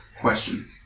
question